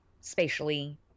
spatially